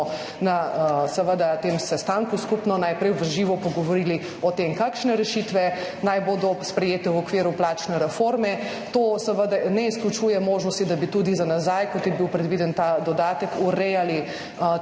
na tem sestanku skupno najprej v živo pogovorili o tem, kakšne rešitve naj bodo sprejete v okviru plačne reforme. To seveda ne izključuje možnosti, da bi tudi za nazaj, kot je bil predviden ta dodatek, urejali